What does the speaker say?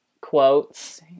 quotes